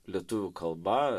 lietuvių kalba